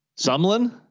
Sumlin